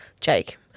Jake